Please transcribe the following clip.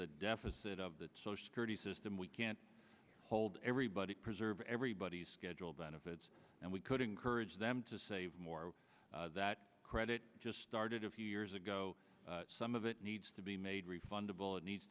the deficit of the social security system we can't hold everybody preserve everybody's scheduled benefits and we could encourage them to save more that credit just started a few years ago some of it needs to be made refundable it needs